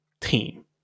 team